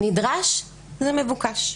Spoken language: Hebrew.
נדרש זה מבוקש.